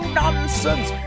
nonsense